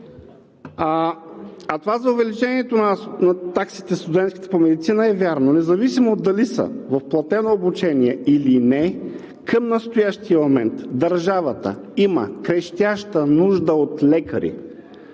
А това за увеличението на студентските такси по медицина е вярно. Независимо дали са в платено обучение или не, към настоящия момент държавата има крещяща нужда от лекари,